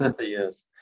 yes